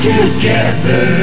Together